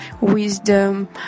wisdom